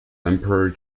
emperor